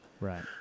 Right